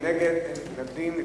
רוב, נגד, מיעוט, אין נמנעים.